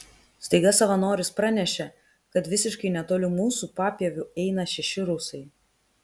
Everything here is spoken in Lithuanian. staiga savanoris pranešė kad visiškai netoli mūsų papieviu eina šeši rusai